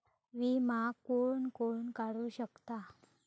विमा कोण कोण काढू शकता?